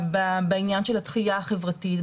בעניין של הדחייה החברתית,